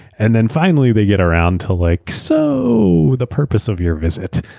and then finally they get around to like so, the purpose of your visit.